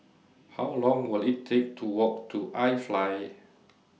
How Long Will IT Take to Walk to IFly